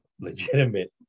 legitimate